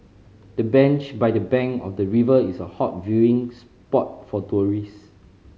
the bench by the bank of the river is a hot viewing spot for tourist